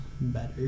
better